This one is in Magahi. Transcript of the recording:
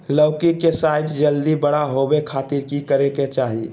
लौकी के साइज जल्दी बड़ा होबे खातिर की करे के चाही?